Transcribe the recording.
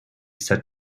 said